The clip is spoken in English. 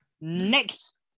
Next